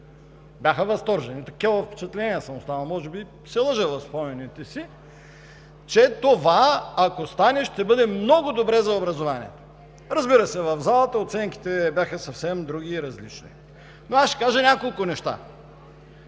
Бяха възторжени – с такива впечатления съм останал, може би се лъжа в спомените си, че това, ако стане, ще бъде много добре за образованието. Разбира се, в залата оценките бяха съвсем други и различни. Ще кажа няколко неща: